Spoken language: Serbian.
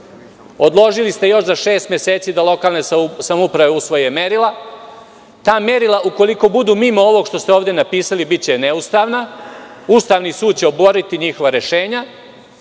odložili ste još za šest meseci da lokalne samouprave usvoje merila. Ta merila ukoliko budu mimo ovoga što ste ovde napisali biće neustavna. Ustavni sud će oboriti njihova rešenja.